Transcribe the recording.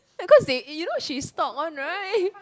because they you know she stalk one right